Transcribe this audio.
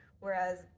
Whereas